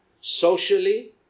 socially